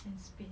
and spain